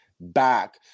back